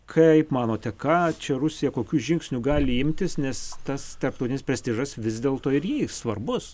kaip manote ką čia rusija kokių žingsnių gali imtis nes tas tarptautinis prestižas vis dėlto ir jis svarbus